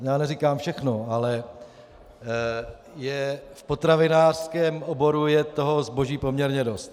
Já neříkám všechno, ale v potravinářském oboru je toho zboží poměrně dost.